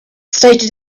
stated